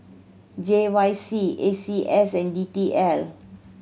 J Y C A C S and D T L